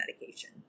medication